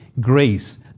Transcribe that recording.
grace